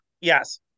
Yes